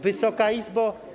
Wysoka Izbo!